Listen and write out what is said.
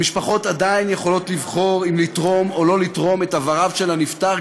המשפחות עדיין יכולות לבחור אם לתרום או לא לתרום את איבריו של הנפטר,